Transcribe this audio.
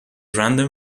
random